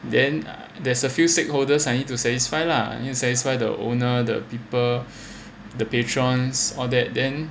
then there's a few stakeholders I need to satisfy lah need to satisfy the owner the people the patrons all that then